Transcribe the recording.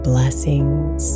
Blessings